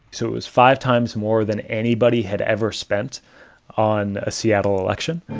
so it was five times more than anybody had ever spent on a seattle election.